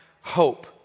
hope